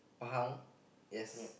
Pahang yes